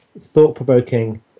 thought-provoking